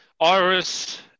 Iris